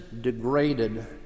degraded